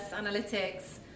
analytics